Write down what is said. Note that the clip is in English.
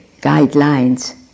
guidelines